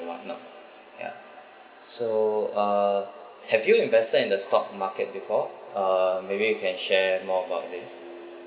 and what not ya so uh have you invested in the stock market before uh maybe you can share more about this